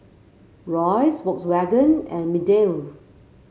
Royce Volkswagen and Mediheal